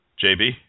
JB